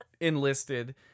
enlisted